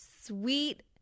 sweet